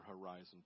horizon